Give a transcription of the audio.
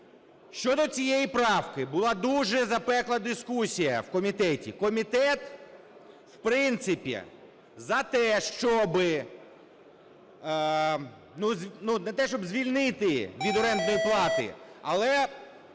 Щодо цієї правки була дуже запекла дискусія в комітеті. Комітет, в принципі, за те, щоби не те, щоб звільнити від орендної плати, але